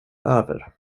över